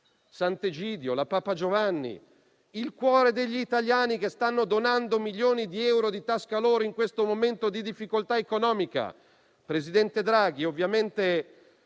Sant'Egidio, la Comunità Papa Giovanni XXIII e il cuore degli italiani, che stanno donando milioni di euro di tasca loro in questo momento di difficoltà economica. Presidente Draghi, quando